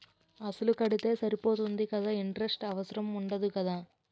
అసలు కడితే సరిపోతుంది కదా ఇంటరెస్ట్ అవసరం ఉండదు కదా?